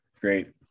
Great